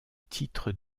titre